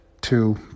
two